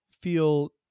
feel